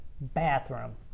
bathroom